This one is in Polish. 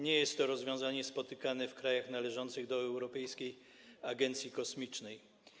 Nie jest to rozwiązanie spotykane w krajach należących do Europejskiej Agencji Kosmicznej.